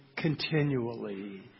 continually